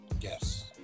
Yes